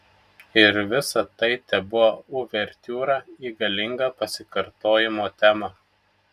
ir visa tai tebuvo uvertiūra į galingą pasikartojimo temą